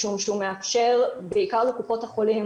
משום שהוא מאפשר בעיקר לקופות החולים